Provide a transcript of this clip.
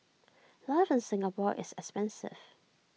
life in Singapore is expensive